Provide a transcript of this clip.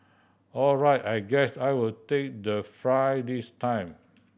all right I guess I'll take the fry this time